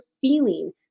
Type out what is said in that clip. feeling